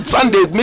Sunday